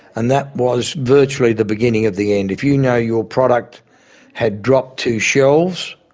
and that was virtually the beginning of the end. if you know your product had dropped two shelves,